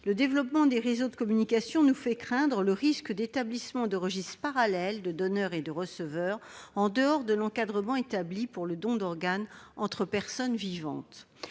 le développement des réseaux de communication nous fait craindre l'établissement de registres parallèles de donneurs et de receveurs, en dehors de l'encadrement établi pour le don d'organe entre personnes vivantes.